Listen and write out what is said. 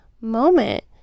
moment